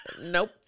Nope